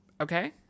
okay